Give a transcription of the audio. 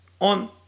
on